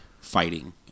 fighting